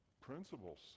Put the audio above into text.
principles